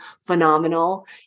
phenomenal